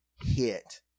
hit